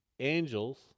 Angels